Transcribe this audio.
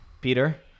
Peter